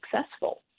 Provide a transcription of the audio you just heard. successful